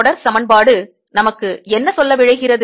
தொடர் சமன்பாடு நமக்கு என்ன சொல்ல விழைகிறது